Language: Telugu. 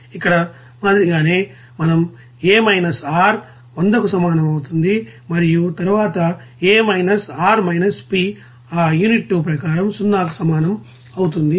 ఇక్కడ మాదిరిగానే మనం A - R 100 కు సమానం అవుతుంది మరియు తరువాత A R - P ఆ యూనిట్ 2 ప్రకారం 0 కు సమానం అవుతుంది